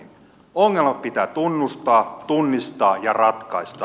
ongelmat pitää tunnustaa tunnistaa ja ratkaista